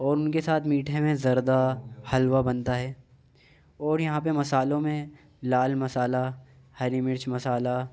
اور ان کے ساتھ میٹھے میں زردہ حلوہ بنتا ہے اور یہاں پہ مصالحوں میں لال مصالحہ ہری مرچ مصالحہ